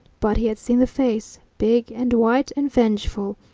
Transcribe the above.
but he had seen the face big and white and vengeful.